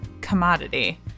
commodity